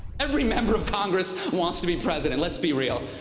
every member of congress wants to be president. let's be real.